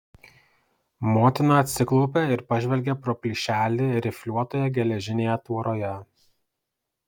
motina atsiklaupė ir pažvelgė pro plyšelį rifliuotoje geležinėje tvoroje